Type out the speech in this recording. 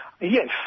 Yes